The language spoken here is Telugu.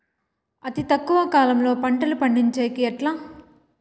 అతి తక్కువ కాలంలో పంటలు పండించేకి ఎట్లా?